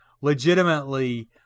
legitimately